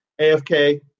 AFK